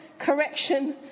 correction